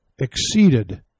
exceeded